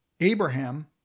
Abraham